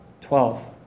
Twelve